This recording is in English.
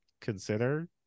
consider